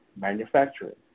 manufacturing